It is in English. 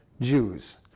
Jews